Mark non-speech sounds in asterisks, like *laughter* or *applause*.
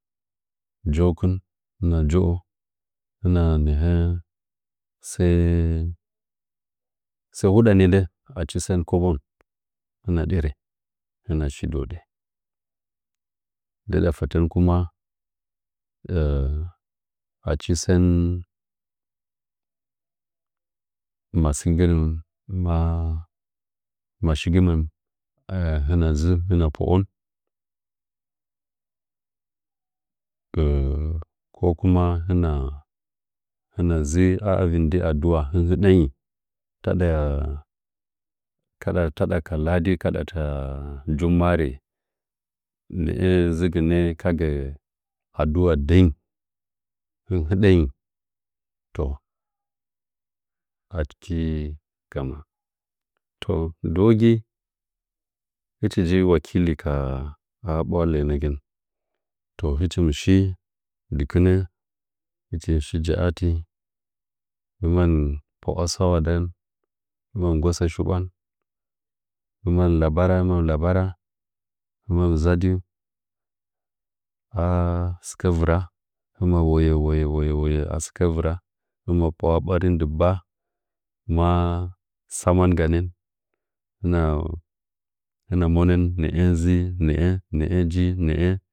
Jeukɨn hɨna je'o hɨna nəhə səə *hesitation* səə hudanə le achi səən kəbon hena ɗerə hɨnashi dehode ndɨɗa fətən kuma achi sən masigən maa mashigɨ mən hina zɨ hɨna pə ‘on *hesitation* ko kuma hɨn azi avin de aduwa hən hədəngi tada *hesitation* tada ka ladi taɗa kale jumbware nə'ə zɨgɨnə kagə adu'wa deing hən hədəngi toh achi gama tuh ndɨwogi hɨchi nji wakili are abwa lənəgin toh hɨchiw shi dɨkɨnə hɨchi shi ja'ah hɨn pwa'a sa'wa ndan im nggosə shiɓwan himə labaramə labara hɨmən zadɨ are sɨkə vɨra hɨmə wəye wəye asɨkə vɨra hɨmən pwa'a ɓarin gba maa faman ganən hɨna monən nə'ə zɨng nə'ə nji nə'ə